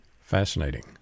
Fascinating